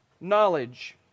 knowledge